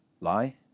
lie